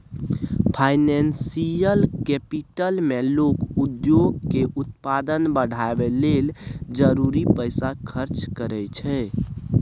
financial capital मे लोक उद्योग के उत्पादन बढ़ाबय लेल जरूरी पैसा खर्च करइ छै